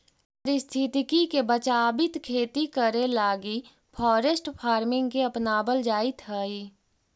पारिस्थितिकी के बचाबित खेती करे लागी फॉरेस्ट फार्मिंग के अपनाबल जाइत हई